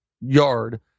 yard